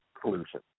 pollution